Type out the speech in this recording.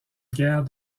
guerre